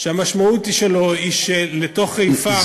שהמשמעות שלו היא שלתוך חיפה,